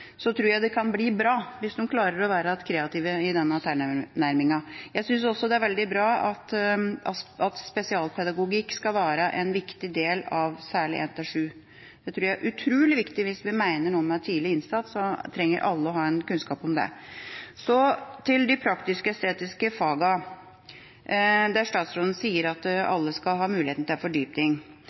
tror det kan bli bra hvis de klarer å være kreative i denne tilnærmingen. Jeg synes også det er veldig bra at spesialpedagogikk skal være en viktig del av særlig 1.-7. Det tror jeg er utrolig viktig. Hvis vi mener noe med tidlig innsats, så trenger alle å ha kunnskap om det. Så til de praktisk-estetiske fagene, der statsråden sier at alle skal ha muligheten til